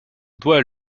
doit